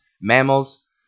mammals